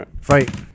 Fight